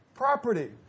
property